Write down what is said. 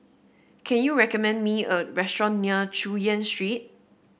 can you recommend me a restaurant near Chu Yen Street